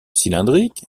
cylindrique